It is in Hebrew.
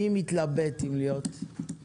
מי מתלבטת אם להיות?